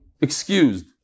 excused